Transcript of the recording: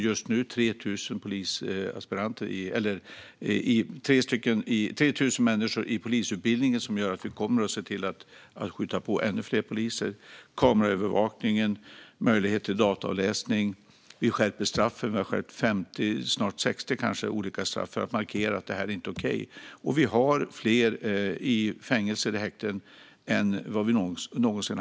Just nu finns 3 000 människor i polisutbildningen, vilket innebär att det kommer att skjutas till ännu fler poliser. Det finns kameraövervakning och möjlighet till dataavläsning, och vi ska skärpa straffsatserna för 50, snart 60, olika brott för att markera att de inte är okej. Fler finns i fängelse eller häkten än någonsin.